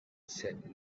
said